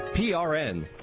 PRN